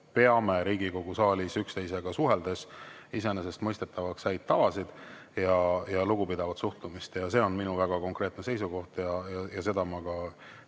peame Riigikogu saalis üksteisega suheldes iseenesestmõistetavaks häid tavasid ja lugupidavat suhtumist. See on minu väga konkreetne seisukoht ja seda ma